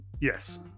Yes